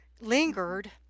lingered